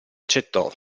accettò